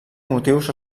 motius